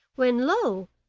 when, lo!